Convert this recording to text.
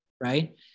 right